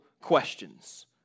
questions